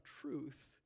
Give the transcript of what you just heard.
truth